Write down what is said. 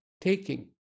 taking